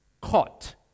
caught